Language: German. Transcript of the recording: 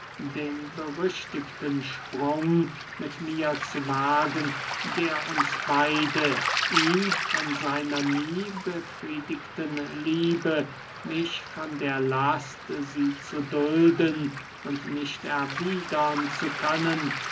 den berüchtigten sprung mit mir zu wagen der uns beide ihn von seiner nie befriedigten liebe mich von der last sie zu dulden und nicht erwiedern zu können